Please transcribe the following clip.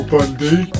Bundy